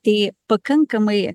tai pakankamai